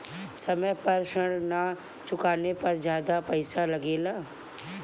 समय पर ऋण ना चुकाने पर ज्यादा पईसा लगेला?